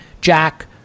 Jack